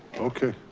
okay.